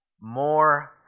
more